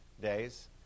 days